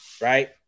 right